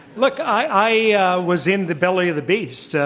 look, i yeah was in the belly of the beast,